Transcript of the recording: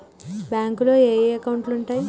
బ్యాంకులో ఏయే అకౌంట్లు ఉంటయ్?